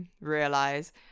realize